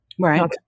Right